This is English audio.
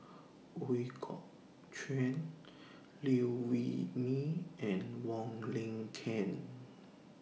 Ooi Kok Chuen Liew Wee Mee and Wong Lin Ken